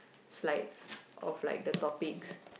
slides of like the topics